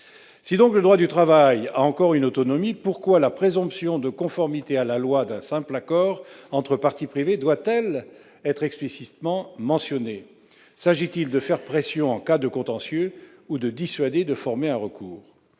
Si donc le droit du travail a encore une autonomie, pourquoi la présomption de conformité à la loi d'un simple accord entre parties privées doit-elle être explicitement mentionnée ? S'agit-il de faire pression en cas de contentieux ou de dissuader de former un recours ?